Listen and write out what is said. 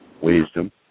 wisdom